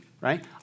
Right